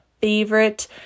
favorite